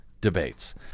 debates